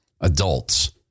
adults